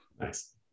Nice